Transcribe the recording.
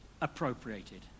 appropriated